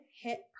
hit